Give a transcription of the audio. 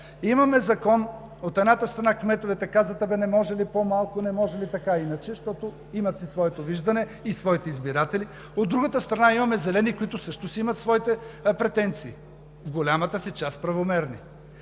Имаме Закон – от едната страна кметовете казват: „Не може ли по-малко, не може ли така и иначе.“, имат си своето виждане и своите избиратели; от другата страна имаме Зелени, които също имат своите претенции, в голямата си част правомерни.